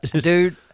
Dude